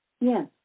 Yes